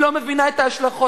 היא לא מבינה את ההשלכות.